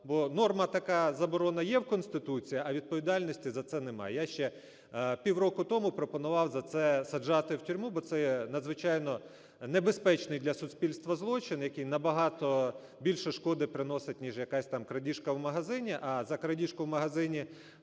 бо норма така, заборона є в Конституції, а відповідальності за це нема. Я ще півроку тому пропонував за це саджати в тюрму, бо це є надзвичайно небезпечний для суспільства злочин, який набагато більше шкоди приносить, ніж якась там крадіжка в магазині, а за крадіжку в магазині,